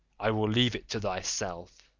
i will leave it to thyself.